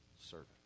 servant